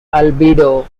albedo